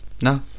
No